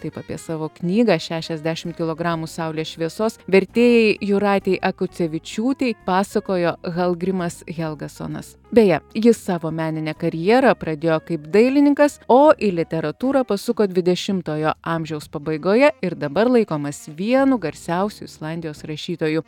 taip apie savo knygą šešiasdešimt kilogramų saulės šviesos vertėjai jūratei akucevičiūtei pasakojo halgrimas helgasonas beje jis savo meninę karjerą pradėjo kaip dailininkas o į literatūrą pasuko dvidešimtojo amžiaus pabaigoje ir dabar laikomas vienu garsiausiu islandijos rašytoju